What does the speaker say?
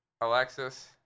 Alexis